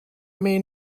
may